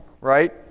right